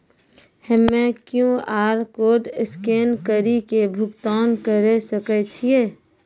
हम्मय QR code scan कड़ी के भुगतान करें सकय छियै?